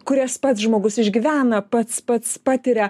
kurias pats žmogus išgyvena pats pats patiria